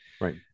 Right